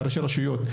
כראשי רשויות,